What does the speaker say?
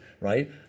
right